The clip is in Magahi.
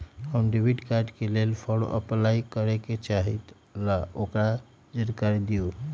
हम डेबिट कार्ड के लेल फॉर्म अपलाई करे के चाहीं ल ओकर जानकारी दीउ?